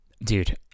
Dude